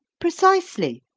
precisely,